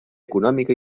econòmica